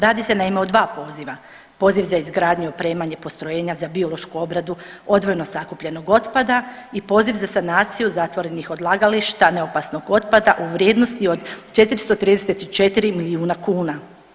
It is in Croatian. Radi se naime o dva poziva, poziv za izgradnju i opremanje postrojenja za biološku obradu odvojeno sakupljenog otpada i poziv za sanaciju zatvorenih odlagališta neopasnog otpada u vrijednosti od 434 milijuna kuna.